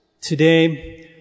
Today